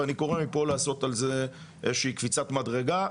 ואני קורא מפה לעשות על זה איזושהי קפיצת מדרגה.